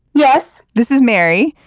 yes, this is mary.